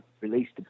released